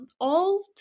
old